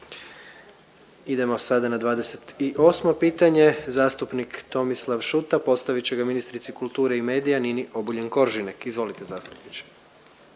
Idemo sada na 28 pitanje, zastupnik Tomislav Šuta postavit će ga ministrici kulture i medija Nini Obuljen Koržinek. Izvolite zastupniče.